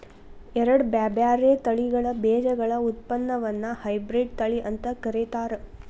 ಎರಡ್ ಬ್ಯಾರ್ಬ್ಯಾರೇ ತಳಿಗಳ ಬೇಜಗಳ ಉತ್ಪನ್ನವನ್ನ ಹೈಬ್ರಿಡ್ ತಳಿ ಅಂತ ಕರೇತಾರ